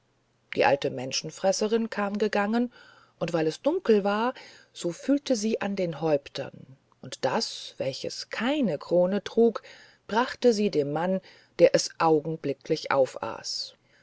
die alte menschenfresserin kam gegangen und weil es dunkel war so fühlte sie an den häuptern und das welches keine krone trug brachte sie dem mann der es augenblicklich aufaß